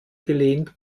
gelehnt